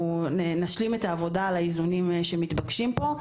נשלים את העבודה על האיזונים שמתבקשים פה.